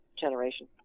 generation